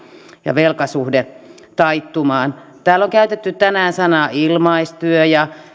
ja velkasuhde taittumaan täällä on käytetty tänään sanoja ilmaistyö ja